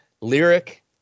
lyric